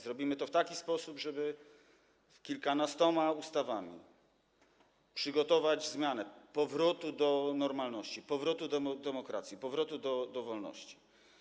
Zrobimy to w taki sposób, żeby kilkunastoma ustawami przygotować zmianę, powrót do normalności, powrót do demokracji, powrót do wolności.